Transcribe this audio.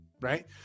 right